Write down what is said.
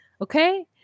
okay